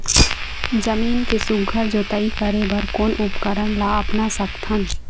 जमीन के सुघ्घर जोताई करे बर कोन उपकरण ला अपना सकथन?